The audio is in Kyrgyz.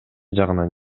жагынан